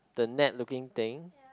the net looking thing